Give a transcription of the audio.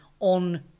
On